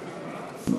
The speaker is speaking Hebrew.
נתקבלו.